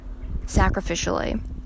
sacrificially